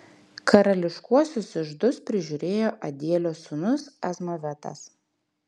karališkuosius iždus prižiūrėjo adielio sūnus azmavetas